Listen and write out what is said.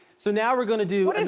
so now, we're gonna do and